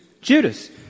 Judas